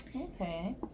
okay